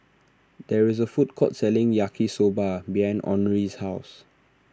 there is a food court selling Yaki Soba behind Henri's house